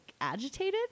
agitated